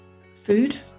food